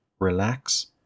relax